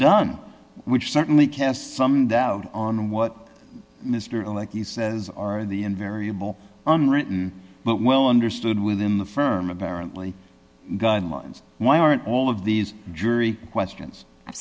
done which certainly casts some doubt on what mr like he says or the invariable own written but well understood within the firm apparently why aren't all of these jury questions